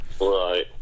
Right